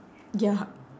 ya